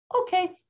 Okay